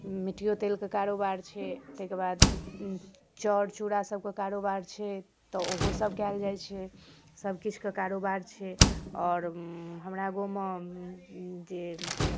मिट्टिओ तेलके कारोबार छै ताहिके बाद चाउर चूड़ा सभके कारोबार छै तऽ ओहोसभ कयल जाइ छै सभ किछुके कारोबार छै आओर हमरा गाँवमे जे